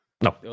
no